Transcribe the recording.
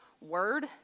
word